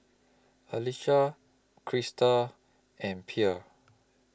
Alecia Crystal and Pierre